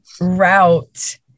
route